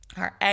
haar